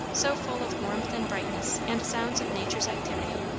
so full of warmth and brightness and sounds of nature's activity,